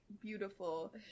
beautiful